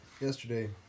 Yesterday